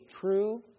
true